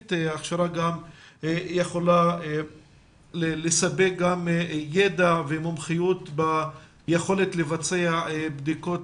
ההכשרה גם יכולה לספק ידע ומומחיות ביכולת לבצע בדיקות